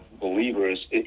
believers